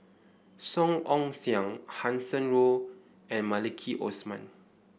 Song Ong Siang Hanson Ho and Maliki Osman